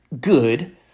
good